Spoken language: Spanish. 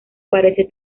parece